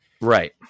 right